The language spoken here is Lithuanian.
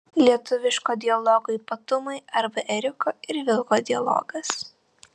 lietuviški dialogo ypatumai arba ėriuko ir vilko dialogas